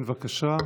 כן, בבקשה.